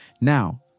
Now